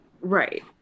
Right